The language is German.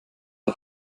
der